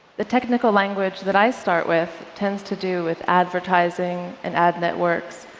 the technical language that i start with tends to do with advertising and ad networks,